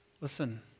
Listen